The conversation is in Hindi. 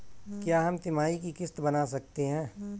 क्या हम तिमाही की किस्त बना सकते हैं?